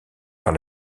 par